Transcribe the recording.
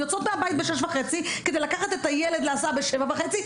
יוצאות מהבית בשש וחצי כדי לקחת את הילד להסעה לבית הספר בשבע וחצי,